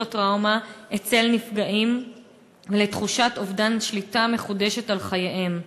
הטראומה אצל נפגעים ולתחושת אובדן שליטה מחודש על חייהם.